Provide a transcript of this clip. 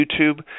YouTube